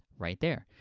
right, there.